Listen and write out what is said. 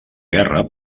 guerra